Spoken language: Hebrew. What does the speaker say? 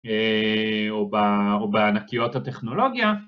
או בענקיות הטכנולוגיה